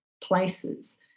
places